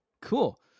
cool